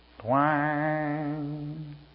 twang